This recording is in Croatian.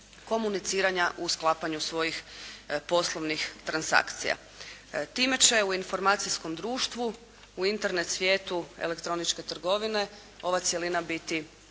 komuniciranja u sklapanju svojih poslovnih transakcija. Time će u informacijskom društvu, u Internet svijetu elektroničke trgovine ova cjelina biti